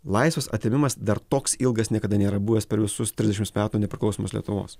laisvės atėmimas dar toks ilgas niekada nėra buvęs per visus trisdešims metų nepriklausomos lietuvos